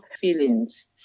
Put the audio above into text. feelings